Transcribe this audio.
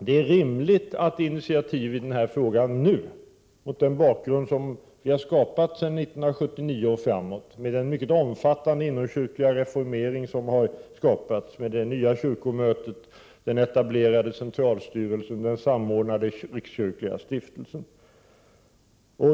Det är rimligt att inte ta initiativ nu, mot den bakgrund som vi skapat sedan 1979 med en mycket omfattande inomkyrklig reformering, med det nya kyrkomötet, med den etablerade centralstyrelsen och med den samordnande rikskyrkliga stiftelsen.